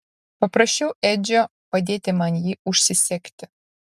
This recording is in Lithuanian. paprašiau edžio padėti man jį užsisegti